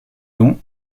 long